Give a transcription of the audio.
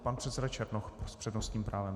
Pan předseda Černoch s přednostním právem.